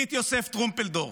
ברית יוסף טרומפלדור.